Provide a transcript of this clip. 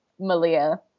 Malia